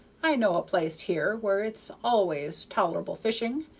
i know a place here where it's always toler'ble fishing,